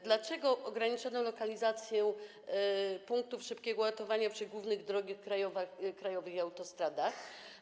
Dlaczego ograniczono lokalizację punktów szybkiego ładowania przy głównych drogach krajowych i autostradach?